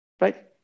right